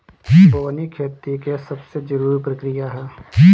बोअनी खेती के सबसे जरूरी प्रक्रिया हअ